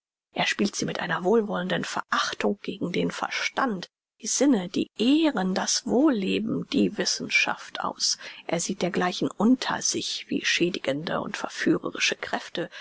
er spielt sie mit einer wohlwollenden verachtung gegen den verstand die sinne die ehren das wohlleben die wissenschaft aus er sieht dergleichen unter sich wie schädigende und verführerische kräfte